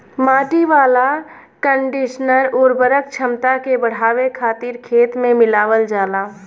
माटी वाला कंडीशनर उर्वरक क्षमता के बढ़ावे खातिर खेत में मिलावल जाला